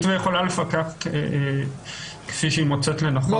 ויכולה לפקח כפי שהיא מוצאת לנכון.